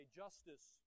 justice